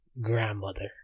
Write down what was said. grandmother